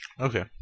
Okay